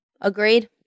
Agreed